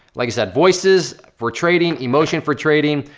like i said, voices for trading, emotion for trading,